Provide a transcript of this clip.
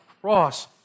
cross